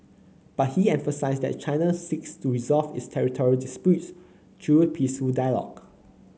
but he emphasised that China seeks to resolve its territorial disputes through peaceful dialogue